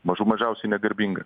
mažų mažiausiai negarbinga